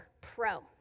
Pro